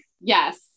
Yes